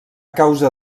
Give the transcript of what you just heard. causa